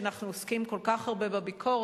כשאנחנו עוסקים כל כך הרבה בביקורת,